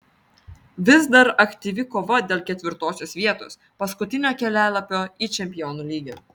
vis dar aktyvi kova dėl ketvirtosios vietos paskutinio kelialapio į čempionų lygą